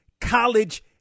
college